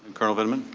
colonel vindman?